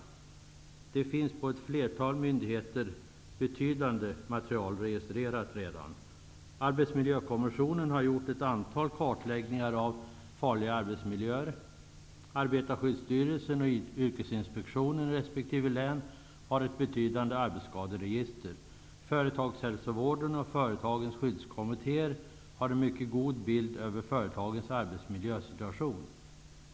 Det finns på ett flertal myndigheter betydande mängder material registrerat redan. Arbetsmiljökommissionen har gjort ett antal kartläggningar av farliga arbetsmiljöer. Arbetarskyddsstyrelsen och yrkesinspektionerna i resp. län har ett betydande arbetsskaderegister. Företagshälsovården och företagens skyddskommittéer har en mycket god bild över företagens arbetsmiljösituation.